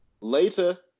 Later